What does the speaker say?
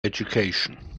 education